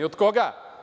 Od koga?